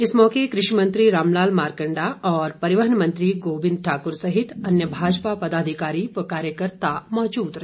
इस मौके कृषि मंत्री राम लाल मारकंडा और परिवहन मंत्री गोबिंद ठाकुर सहित अन्य भाजपा पदाधिकारी व कार्यकर्ता मौजूद रहे